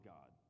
God